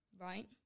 right